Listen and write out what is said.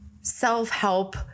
self-help